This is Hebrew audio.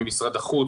ממשרד החוץ,